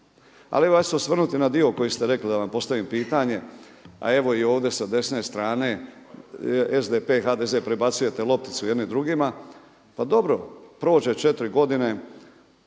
ću se osvrnuti na dio koji ste rekli da vam postavim pitanje, a evo i ovdje sa desne strane SDP, HDZ prebacujete lopticu jedni drugima. Pa dobro, prođe 4 godine,